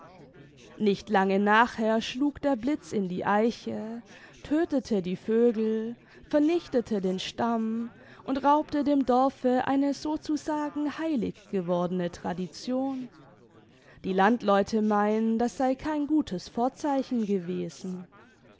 nicht lange nachher schlug der blitz in die eiche tödtete die vögel vernichtete den stamm und raubte dem dorfe eine so zu sagen heilig gewordene tradition die landleute meinen das sei kein gutes vorzeichen gewesen